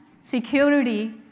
security